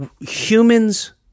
humans